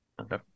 Okay